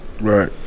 Right